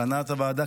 להנהלת הוועדה,